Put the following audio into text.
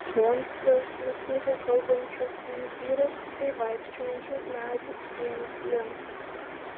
monstras nukūrė kalbančių menhyrų bei vaikščiojančių medžių sienos link